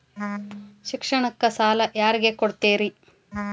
ಶಿಕ್ಷಣಕ್ಕ ಸಾಲ ಯಾರಿಗೆ ಕೊಡ್ತೇರಿ?